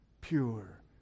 Pure